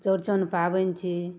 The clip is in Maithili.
चौरचन पाबनि छी